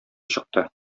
чыкты